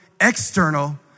external